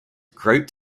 grouped